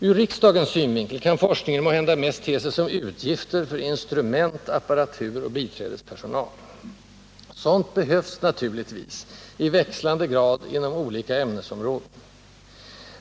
Ur riksdagens synvinkel kan forskningen måhända mest te sig som utgifter för instrument, apparatur och biträdespersonal. Sådant behövs naturligtvis, i växlande grad inom olika ämnesområden.